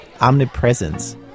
omnipresence